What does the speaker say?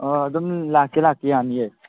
ꯑꯣ ꯑꯗꯨꯝ ꯂꯥꯛꯀꯦ ꯂꯥꯀꯀꯦ ꯌꯥꯅꯤꯌꯦ